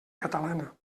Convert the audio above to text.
catalana